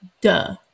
Duh